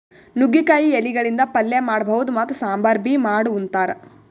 ನುಗ್ಗಿಕಾಯಿ ಎಲಿಗಳಿಂದ್ ಪಲ್ಯ ಮಾಡಬಹುದ್ ಮತ್ತ್ ಸಾಂಬಾರ್ ಬಿ ಮಾಡ್ ಉಂತಾರ್